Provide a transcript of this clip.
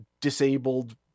disabled